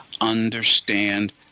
understand